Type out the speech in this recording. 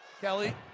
Kelly